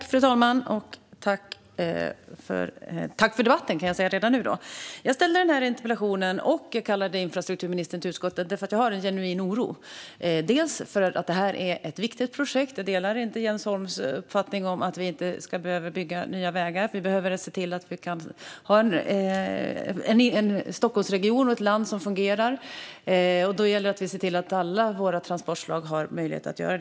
Fru talman! Jag tackar för debatten. Jag framställde denna interpellation och kallade infrastrukturministern till utskottet därför att jag är genuint orolig. Det är ett viktigt projekt. Jag delar inte Jens Holms uppfattning att det inte behöver byggas nya vägar eftersom Stockholmsregionen och landet måste fungera, och då måste alla våra transportslag fungera.